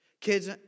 Kids